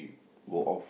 go off